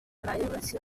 privacy